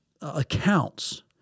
accounts